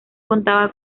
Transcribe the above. contaba